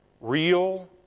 Real